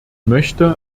möchte